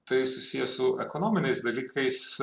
tai susiję su ekonominiais dalykais